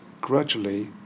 gradually